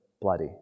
bloody